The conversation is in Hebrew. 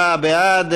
חברי הכנסת, 24 בעד,